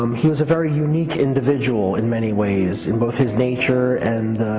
um he was a very unique individual in many ways in both his nature and